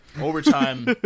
overtime